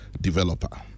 developer